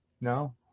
No